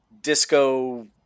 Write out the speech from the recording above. disco